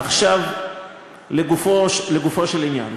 עכשיו לגופו של עניין.